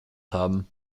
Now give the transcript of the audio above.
haben